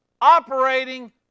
operating